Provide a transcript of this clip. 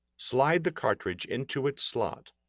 slide the cartridge into its slot,